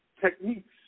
techniques